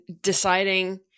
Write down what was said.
deciding